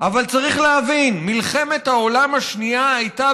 אבל צריך להבין: מלחמת העולם השנייה הייתה